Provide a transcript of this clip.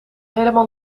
helemaal